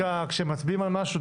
כשמצביעים על משהו,